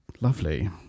lovely